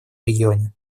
регионе